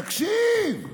תקשיב,